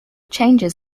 changes